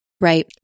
Right